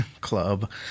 club